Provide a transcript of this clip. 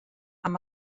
amb